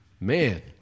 Man